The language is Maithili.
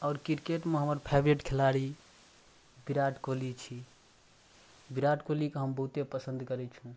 आओर किरकेटमे हमर फेवरेट खेलाड़ी विराट कोहली छी विराट कोहलीके हम बहुते पसन्द करै छी